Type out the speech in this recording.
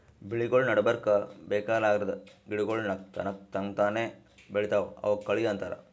ಬೆಳಿಗೊಳ್ ನಡಬರ್ಕ್ ಬೇಕಾಗಲಾರ್ದ್ ಗಿಡಗೋಳ್ ತನಕ್ತಾನೇ ಬೆಳಿತಾವ್ ಅವಕ್ಕ ಕಳಿ ಅಂತಾರ